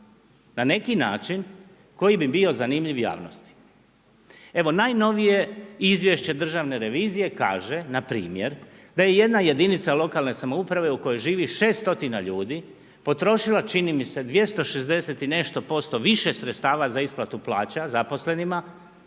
na neki način koji bi bio zanimljiv javnosti? Evo najnovije izvješće državne revizije kaže npr. da je jedna jedinica lokalne samouprave u kojoj živi 6 stotina ljudi potrošila čini mi se 260 i nešto % više sredstava za isplatu plaća zaposlenima,